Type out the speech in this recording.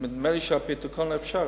נדמה לי שהפרוטוקול מאפשר.